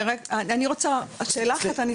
אני חייבת שאלה אחת: